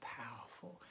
powerful